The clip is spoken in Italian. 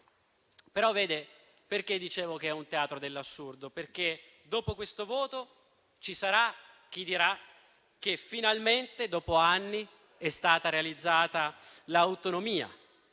diverse occasioni. Dicevo che è un teatro dell'assurdo perché, dopo questo voto, ci sarà chi dirà che finalmente, dopo anni, è stata realizzata l'autonomia,